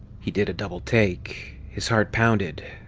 he did a double take. his heart pounded.